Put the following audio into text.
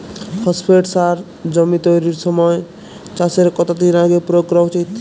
Phosphate সার জমি তৈরির সময় চাষের কত দিন আগে প্রয়োগ করা উচিৎ?